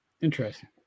Interesting